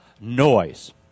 noise